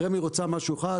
רמ"י רוצה משהו אחד,